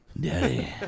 Daddy